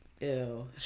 Ew